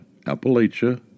Appalachia